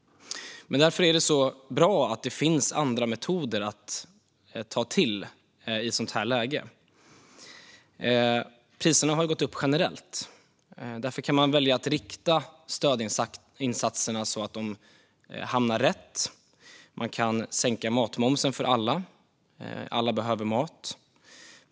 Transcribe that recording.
Därför är det så bra att det finns andra metoder att ta till i ett sådant läge. Priserna har ju gått upp generellt, och därför kan man välja att rikta stödinsatserna så att de hamnar rätt. Man kan sänka matmomsen för alla - alla behöver ju mat.